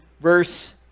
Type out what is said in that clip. verse